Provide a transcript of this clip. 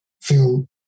feel